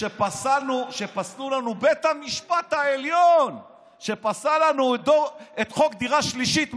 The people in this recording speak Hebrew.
שכשבית המשפט העליון פסל לנו את חוק דירה שלישית,